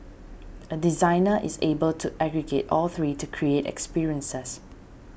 a designer is able to aggregate all three to create experiences